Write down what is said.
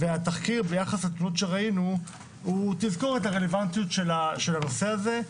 והתחקיר הוא תזכורת לרלוונטיות של הנושא הזה.